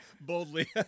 Boldly